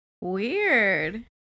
Weird